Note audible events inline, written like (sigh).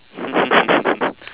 (laughs)